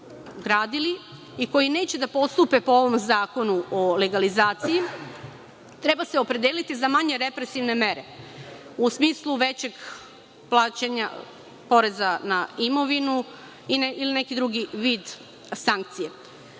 gradili i koji neće da postupe po ovom zakonu o legalizaciji, treba se opredeliti za manje represivne mere, u smislu većeg plaćanja poreza na imovinu ili neki drugi vid